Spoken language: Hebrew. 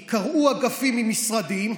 כי קרעו אגפים ממשרדים,